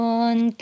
one